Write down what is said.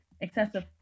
excessive